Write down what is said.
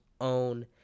own